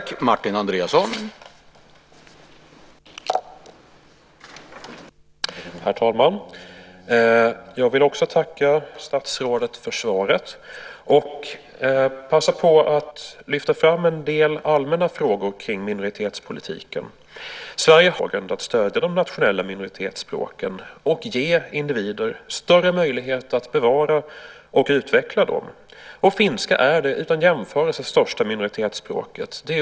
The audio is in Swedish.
Herr talman! Jag vill också tacka statsrådet för svaret och passa på att lyfta fram en del allmänna frågor om minoritetspolitiken. Sverige har ett folkrättsligt åtagande att stödja de nationella minoritetsspråken och ge individer större möjlighet att bevara och utveckla dem. Finska är det utan jämförelse största minoritetsspråket.